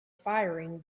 firing